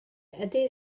ydy